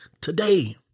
today